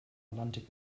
atlantik